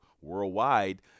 worldwide